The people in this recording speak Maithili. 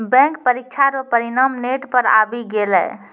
बैंक परीक्षा रो परिणाम नेट पर आवी गेलै